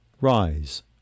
Rise